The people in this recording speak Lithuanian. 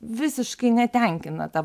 visiškai netenkina ta